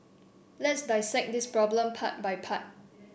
let's dissect this problem part by part